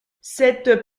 cette